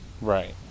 Right